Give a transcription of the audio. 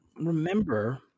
remember